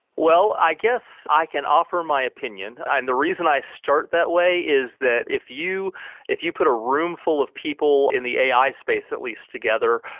well, i guess i can offer my opinion, and the reason i start that way is that if you if you put a room full of people in the ai space, at least together,